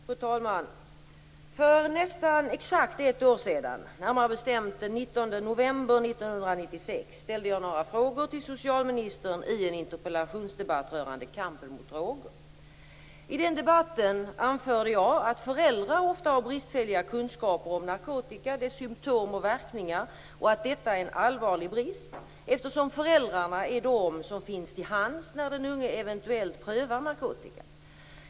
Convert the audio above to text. Fru talman! För nästan exakt ett år sedan, närmare bestämt den 19 november 1996, ställde jag några frågor till socialministern i en interpellationsdebatt rörande kampen mot droger. I den debatten anförde jag att föräldrar ofta har bristfälliga kunskaper om narkotika, dess symtom och verkningar och att detta är en allvarlig brist, eftersom föräldrarna är de som finns till hands när den unge eventuellt prövar narkotika.